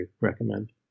recommend